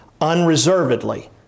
Unreservedly